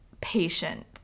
patient